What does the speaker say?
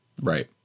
Right